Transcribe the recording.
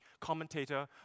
commentator